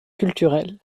culturels